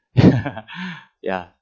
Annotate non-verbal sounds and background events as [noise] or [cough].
[laughs] ya